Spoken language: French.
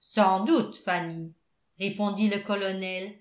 sans doute fanny répondit le colonel